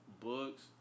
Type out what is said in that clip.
Books